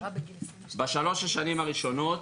בשלוש השנים הראשונות,